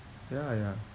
ya ya